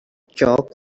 chalk